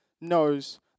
knows